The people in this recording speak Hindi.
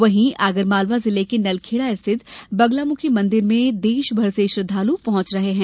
वहीं आगरमालवा जिले के नलखेडा स्थित बगलामुखी मंदिर में देशभर से श्रद्वालु पहुंच रहे हैं